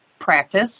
practice